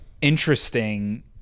interesting